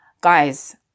Guys